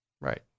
Right